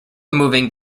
moving